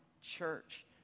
church